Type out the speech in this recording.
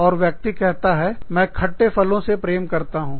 और व्यक्ति कहता है मैं खट्टे फलो से प्रेम करता हूँ खट्टे फल पसंद करता हूँ